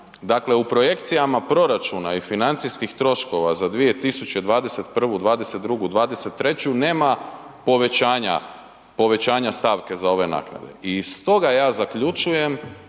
Dakle, u projekcijama proračuna i financijskih troškova za 2021., '22., '23. nema povećanja stavke za ove naknade i stoga ja zaključujem